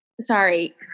sorry